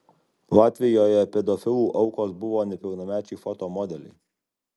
latvijoje pedofilų aukos buvo nepilnamečiai foto modeliai